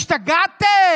השתגעתם?